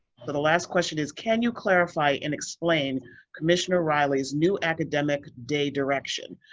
but the last question is can you clarify and explain commissioner riley's new academic day direction?